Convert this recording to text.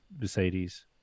Mercedes